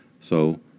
so